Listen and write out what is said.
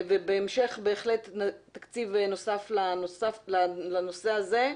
בהמשך בהחלט תקציב נוסף לנושא הזה.